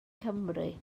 cymru